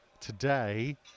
Today